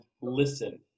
listen